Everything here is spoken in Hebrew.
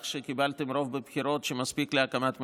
שקיבלתם רוב בבחירות שהוא מספיק להקמת ממשלה.